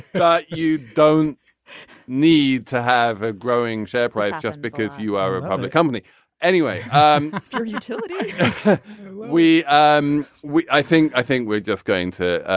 but you don't need to have a growing share price just because you are a public company anyway um until yeah we um we i think i think we're just going to